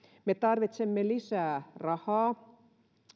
me tarvitsemme lisää rahaa